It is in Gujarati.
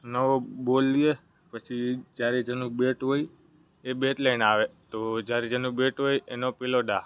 નવો બોલ લે પછી જ્યારે જેનું બેટ હોય એ બેટ લઈને આવે તો જ્યારે જેનું બેટ હોય એનો પહેલો દાવ